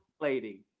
lady